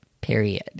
period